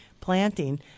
planting